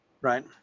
right